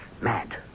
Mad